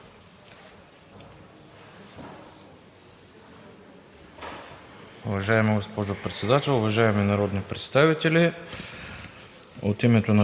Уважаема госпожо Председател, уважаеми народни представители,